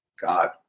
God